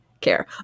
care